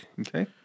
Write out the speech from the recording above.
Okay